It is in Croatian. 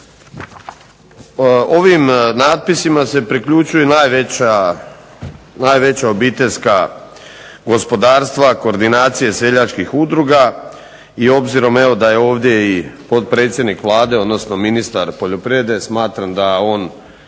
Ovim natpisima se priključuje i najveća obiteljska gospodarstva, koordinacije seljačkih udruga i obzirom evo da je ovdje i potpredsjednik Vlade, odnosno ministar poljoprivrede smatram da on